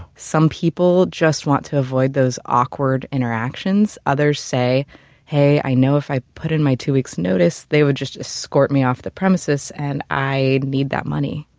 some people just want to avoid those awkward interactions. others say hey, i know if i put in my two weeks notice, they would just escort me off the premises, and i need that money.